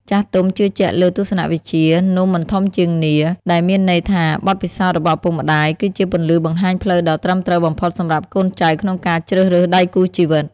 ចាស់ទុំជឿជាក់លើទស្សនវិជ្ជា "នំមិនធំជាងនាឡិ" ដែលមានន័យថាបទពិសោធន៍របស់ឪពុកម្ដាយ គឺជាពន្លឺបង្ហាញផ្លូវដ៏ត្រឹមត្រូវបំផុតសម្រាប់កូនចៅក្នុងការជ្រើសរើសដៃគូជីវិត។